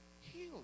healed